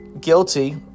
guilty